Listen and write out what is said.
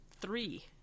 three